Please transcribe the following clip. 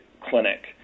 clinic